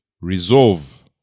resolve